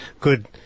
good